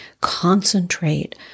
concentrate